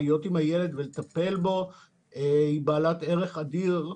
להיות עם הילד ולטפל בו היא בעלת ערך אדיר.